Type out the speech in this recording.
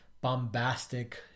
bombastic